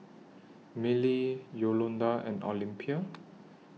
Milly Yolonda and Olympia